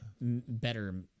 better